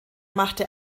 machte